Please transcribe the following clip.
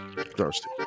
thirsty